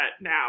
now